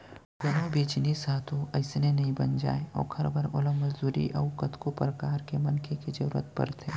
कोनो भी जिनिस ह तो अइसने नइ बन जाय ओखर बर ओला मजदूरी अउ कतको परकार के मनखे के जरुरत परथे